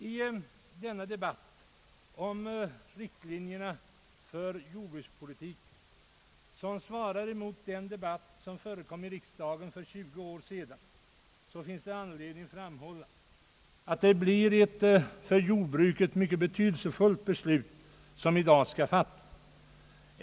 I dagens debatt om riktlinjerna för jordbrukspolitik, som svarar emot den debatt som förekom i riksdagen för 20 år sedan, finns det anledning framhålla att det blir ett för jordbruket mycket betydelsefullt beslut som i dag skall fattas.